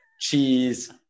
cheese